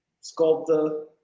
sculptor